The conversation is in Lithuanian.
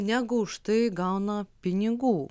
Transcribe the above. negu už tai gauna pinigų